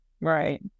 Right